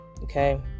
okay